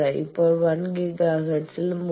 ഇപ്പോൾ 1 ഗിഗാ ഹെർട്സിൽ 3